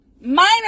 minor